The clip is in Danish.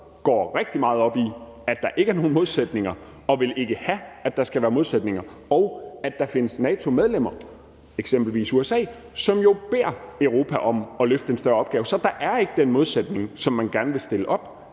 går rigtig meget op i, at der ikke er nogen modsætninger, og ikke vil have, at der skal være modsætninger, og at der findes NATO-medlemmer som f.eks. USA, som jo beder Europa om at løfte en større opgave. Så der er ikke den modsætning, sådan som man gerne vil stille det